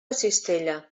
cistella